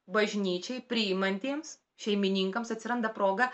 bažnyčiai priimantiems šeimininkams atsiranda proga